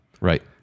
Right